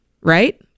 Right